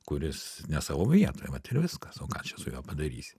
kuris ne savo vietoj vat ir viskas o ką čia su juo padarysi